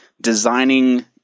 designing